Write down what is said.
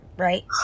right